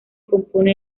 compone